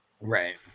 Right